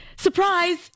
Surprise